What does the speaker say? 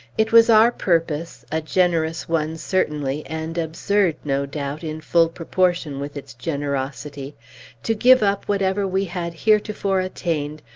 it was our purpose a generous one, certainly, and absurd, no doubt, in full proportion with its generosity to give up whatever we had heretofore attained,